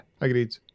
agreed